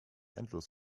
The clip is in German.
endlos